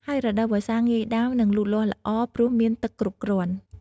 ហើយរដូវវស្សា ងាយដាំ និងលូតលាស់ល្អ ព្រោះមានទឹកគ្រប់គ្រាន់។